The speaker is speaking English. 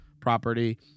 property